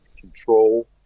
control